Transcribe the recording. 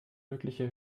mögliche